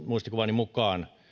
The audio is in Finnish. muistikuvani mukaan se